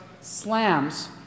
slams